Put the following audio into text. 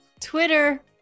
Twitter